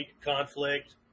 conflict